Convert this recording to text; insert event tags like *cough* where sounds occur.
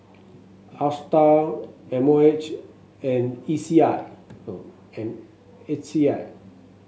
Astar M O H and E C I *unintelligible* and H E I